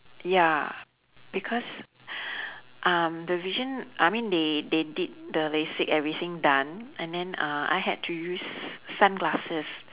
ya because um the vision I mean they they did the lasik everything done and then uh I had to use sunglasses